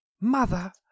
Mother